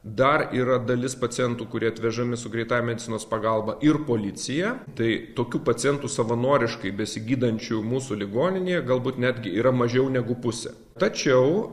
dar yra dalis pacientų kurie atvežami su greitąja medicinos pagalba ir policija tai tokių pacientų savanoriškai besigydančių mūsų ligoninėje galbūt netgi yra mažiau negu pusė tačiau